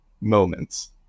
moments